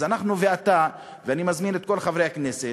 אז אנחנו ואתה, ואני מזמין את כל חברי הכנסת,